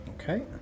Okay